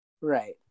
Right